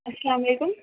السلام علیکم